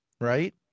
Right